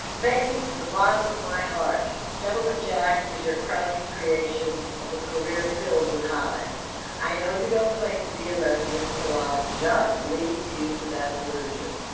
thank you from the bottom of my heart gentlemen jack is your crowning creation of a career filled with highs i know you don't claim to be a lesbian. so i'll just leave you to that delusion